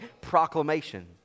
proclamation